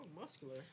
Muscular